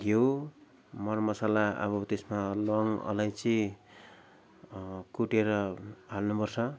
घिउ मर मसला अब त्यसमा ल्वाङ अलैँची कुटेर हाल्नु पर्छ